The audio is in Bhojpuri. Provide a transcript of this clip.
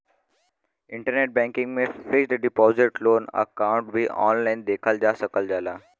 इंटरनेट बैंकिंग में फिक्स्ड डिपाजिट लोन अकाउंट भी ऑनलाइन देखल जा सकल जाला